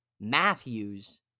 Matthews